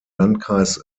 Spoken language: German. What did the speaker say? landkreis